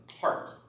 heart